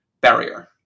barrier